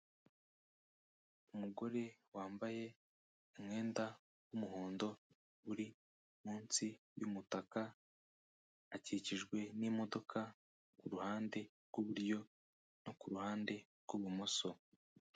Umugore wambaye umwenda w'umuhondo uri munsi y'umutaka, akikijwe n'imodoka ku ruhande rwiburyo no ku ruhande rw'ibumoso.